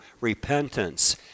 repentance